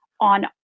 on